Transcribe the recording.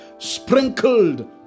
sprinkled